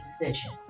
decision